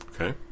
Okay